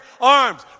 arms